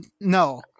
no